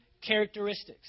characteristics